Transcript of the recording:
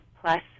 plus